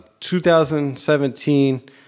2017